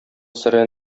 сере